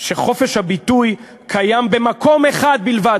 שחופש הביטוי קיים במקום אחד בלבד,